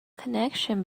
connection